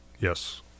Yes